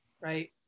right